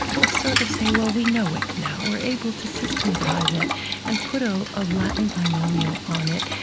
we sort of say, well, we know it now. we're able to systematize it and put a ah latin binomial on it,